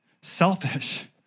selfish